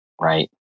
Right